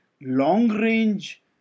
long-range